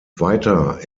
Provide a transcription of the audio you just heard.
weiter